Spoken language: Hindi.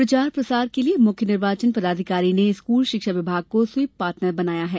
प्रचार प्रसार के लिये मुख्य निर्वाचन पदाधिकारी ने स्कूल शिक्षा विभाग को स्वीप पार्टनर बनाया है